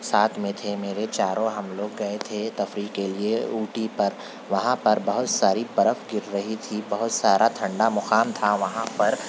ساتھ میں تھے میرے چاروں ہم لوگ گئے تھے تفریح کے لئے اوٹی پر وہاں پر بہت ساری برف گر رہی تھی بہت سارا ٹھنڈا مقام تھا وہاں پر